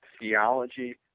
theology